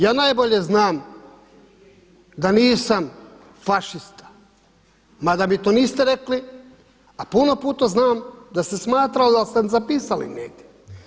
Ja najbolje znam da nisam fašista, mada mi to niste rekli a puno puta znam da ste smatrali, ali ste zapisali negdje.